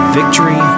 victory